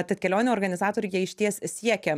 tad kelionių organizatoriai jie išties siekia